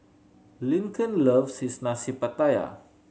Lincoln loves is Nasi Pattaya